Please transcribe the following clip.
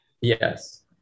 Yes